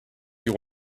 you